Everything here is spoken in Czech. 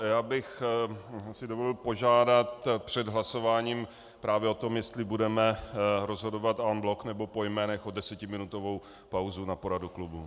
Já bych si dovolil požádat před hlasováním právě o tom, jestli budeme rozhodovat en bloc, nebo po jménech, o desetiminutovou pauzu na poradu klubu.